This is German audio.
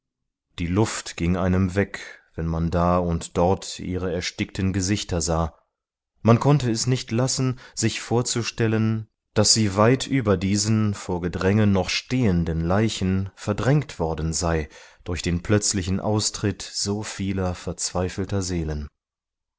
die luft ging einem weg wenn man da und dort ihre erstickten gesichter sah man konnte es nicht lassen sich vorzustellen daß sie weit über diesen vor gedränge noch stehenden leichen verdrängt worden sei durch den plötzlichen austritt so vieler verzweifelter seelen